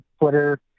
Twitter